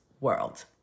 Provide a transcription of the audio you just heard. world